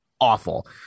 awful